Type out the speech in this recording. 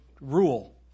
rule